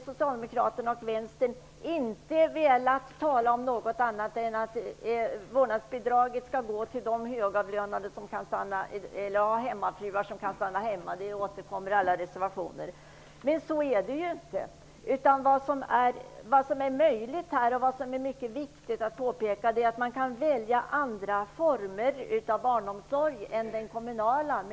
Socialdemokraterna och vänstern har inte velat tala om något annat än att vårdnadsbidraget skall gå till högavlönade som har hemmafruar som kan stanna hemma -- detta återkommer i alla reservationer. Men så är det ju inte. Vad som är mycket viktigt att påpeka är att det med den lilla hjälp som man får är möjligt att välja andra former av barnomsorg än den kommunala.